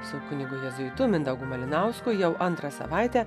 su kunigu jėzuitu mindaugu malinausku jau antrą savaitę